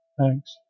Thanks